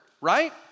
right